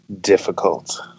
difficult